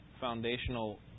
foundational